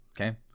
okay